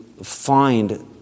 Find